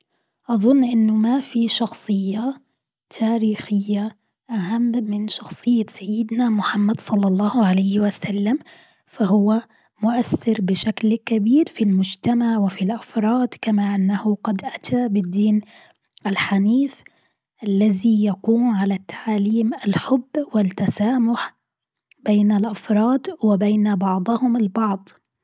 أظن إنه ما في شخصية تاريخية أهم من شخصية سيدنا محمد صلى الله عليه وسلم، فهو مؤثر بشكل كبير في المجتمع وفي الأفراد، كما أنه قد أتى بالدين الحنيف الذي يقوم على التعاليم الحب والتسامح بين الأفراد وبين بعضهم البعض.